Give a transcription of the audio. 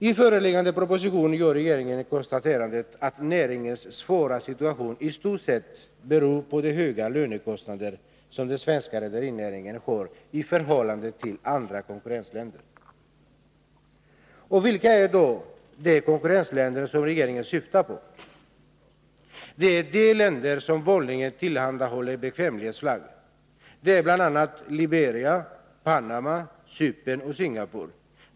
I föreliggande proposition gör regeringen konstaterandet att näringens svåra situation i stort sett beror på de höga lönekostnader som den svenska rederinäringen har i förhållande till konkurrentländernas rederinäringar. Och vilka är då de konkurrentländer som regeringen syftar på? Det är de länder som vanligen tillhandahåller bekvämlighetsflagg, bl.a. Liberia, Panama, Cypern och Singapore.